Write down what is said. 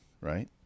right